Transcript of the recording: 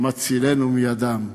מצילנו מידם.